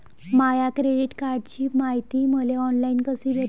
माया credit कार्डची मायती मले ऑनलाईन कसी भेटन?